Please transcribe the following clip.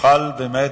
תוכל באמת,